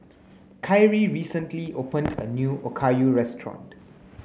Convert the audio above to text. Kyrie recently opened a new Okayu restaurant